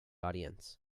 audience